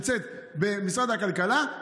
שנמצאת במשרד הכלכלה,